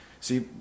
See